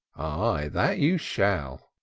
ay, that you shall.